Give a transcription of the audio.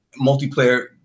multiplayer